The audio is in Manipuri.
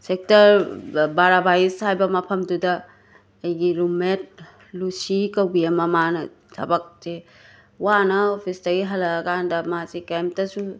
ꯁꯦꯛꯇꯔ ꯕ ꯕꯔꯥ ꯕꯥꯌꯤꯁ ꯍꯥꯏꯕ ꯃꯐꯝꯗꯨꯗ ꯑꯩꯒꯤ ꯔꯨꯝꯃꯦꯠ ꯂꯨꯁꯤ ꯀꯧꯕꯤ ꯑꯃ ꯃꯥꯅ ꯊꯕꯛꯁꯦ ꯋꯥꯅ ꯑꯣꯐꯤꯁꯇꯒꯤ ꯍꯂꯛꯑꯀꯥꯟꯗ ꯃꯥꯁꯦ ꯀꯩꯝꯇꯁꯨ